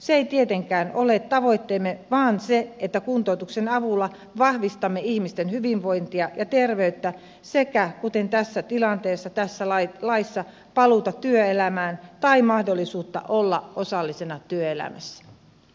se ei tietenkään ole tavoitteemme vaan se että kuntoutuksen avulla vahvistamme ihmisten hyvinvointia ja terveyttä sekä kuten tässä tilanteessa ja tässä laissa paluuta työelämään tai mahdollisuutta olla osallisena työelämässä